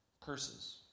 curses